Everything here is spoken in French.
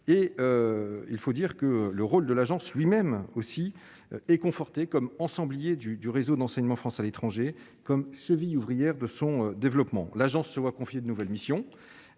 et il faut dire que le rôle de l'agence lui-même aussi est conforté comme ensemblier du du réseau d'enseignement français à l'étranger comme cheville ouvrière de son développement, l'agence se voient confier de nouvelles missions